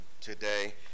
today